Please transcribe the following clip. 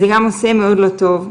זה גם עושה מאוד לא טוב,